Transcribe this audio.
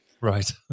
right